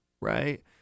right